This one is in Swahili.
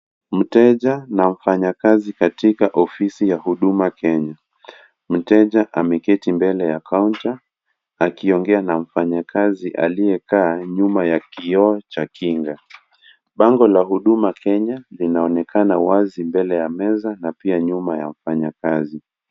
Mteja na mfanyakazi katika ofisi ya huduma Kenya. Mteja ameketi mbele ya kaunti akiongea na mfanyakazi aliyekaa nyuma ya kioo cha kinga. Bango la huduma Kenya linaonekana wazi mbele ya meza na pia nyuma ya wafanyakazi.